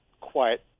quiet